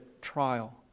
trial